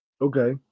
Okay